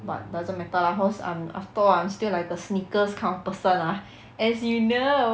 but doesn't matter lah cause I'm after all I'm still like a sneakers kind of person ah as you know